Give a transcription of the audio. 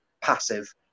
passive